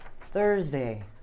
Thursday